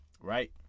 Right